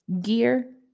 gear